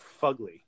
fugly